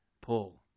Paul